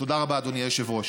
תודה רבה, אדוני היושב-ראש.